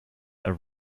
are